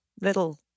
little